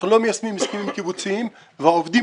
אנחנו לא מיישמים הסכמים קיבוציים והעובדים